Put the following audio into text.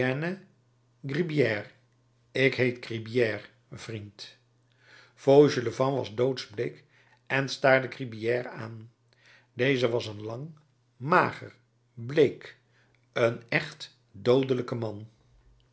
ik heet gribier vriend fauchelevent was doodsbleek en staarde gribier aan deze was een lang mager bleek een echt doodelijk man